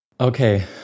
Okay